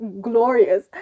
glorious